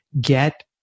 get